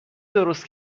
درست